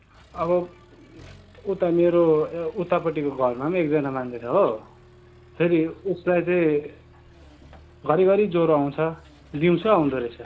अब उता मेरो उतापट्टिको घरमा पनि एकजना मान्छे छ हो फेरि उसलाई चाहिँ घरि घरि ज्वरो आउँछ दिउँसै आउँदोरहेछ